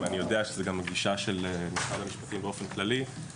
אני יודע שזאת גם הגישה של משרד המשפטים באופן כללי.